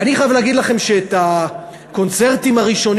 אני חייב להגיד לכם שהקונצרטים הראשונים